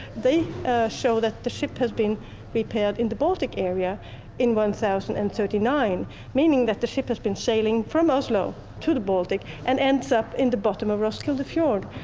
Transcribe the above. they show that the ship has been repaired in the baltic area in one thousand and thirty nine meaning that the ship has been sailing from oslo to the baltic and ends up in the bottom of roskilde fjord.